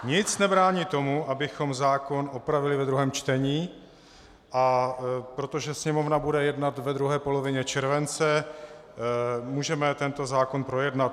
Nic nebrání tomu, abychom zákon opravili ve druhém čtení, a protože Sněmovna bude jednat ve druhé polovině července, můžeme tento zákon projednat.